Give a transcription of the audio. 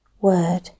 word